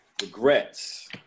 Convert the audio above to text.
regrets